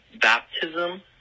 baptism